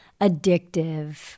addictive